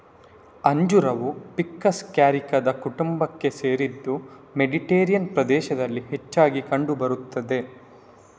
ಅಂಜೂರವು ficus ಕ್ಯಾರಿಕಾದ ಕುಟುಂಬಕ್ಕೆ ಸೇರಿದ್ದು ಮೆಡಿಟೇರಿಯನ್ ಪ್ರದೇಶದಲ್ಲಿ ಹೆಚ್ಚಾಗಿ ಕಂಡು ಬರುತ್ತದೆ